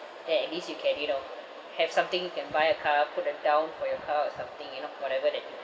then at least you can you know have something you can buy a car put that down for your car or something you know whatever